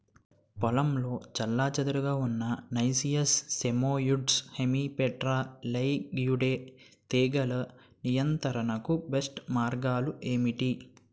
పొలంలో చెల్లాచెదురుగా ఉన్న నైసియస్ సైమోయిడ్స్ హెమిప్టెరా లైగేయిడే తెగులు నియంత్రణకు బెస్ట్ మార్గాలు ఏమిటి?